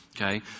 Okay